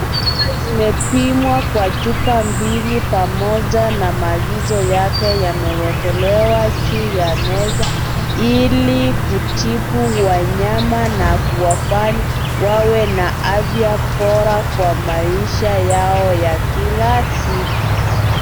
Chanjo zimepimwa kwenye chupa mbili pamoja na maagizo yake yamewekelewa juu ya meza ili kutibu wanyama na kuwafanya wawe na afya bora kwa maisha yao ya kila siku.